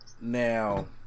Now